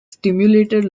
stimulated